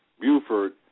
Buford